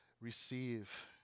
receive